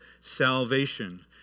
salvation